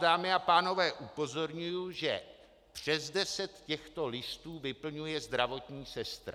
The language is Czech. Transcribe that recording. Dámy a pánové, upozorňuji vás, že přes deset těchto listů vyplňuje zdravotní sestra.